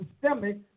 systemic